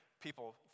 People